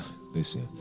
listen